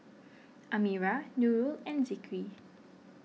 Amirah Nurul and Zikri